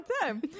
time